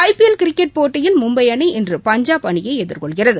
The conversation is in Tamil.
ஐபிஎல் கிரிக்கெட் போட்டியில் மும்பை அணி இன்று பஞ்சாப் அணியை எதிர்கொள்கிறது